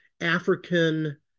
African